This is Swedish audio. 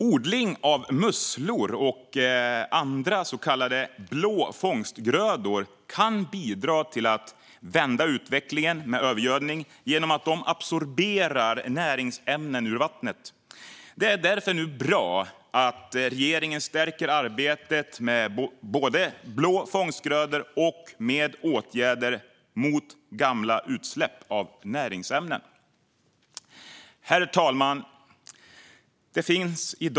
Odling av musslor och andra så kallade blå fånggrödor kan bidra till att vända utvecklingen med övergödning genom att dessa absorberar näringsämnen ur vattnet. Det är därför bra att regeringen nu stärker arbetet både med blå fånggrödor och med åtgärder mot gamla utsläpp av näringsämnen. Herr talman!